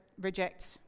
reject